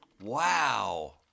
Wow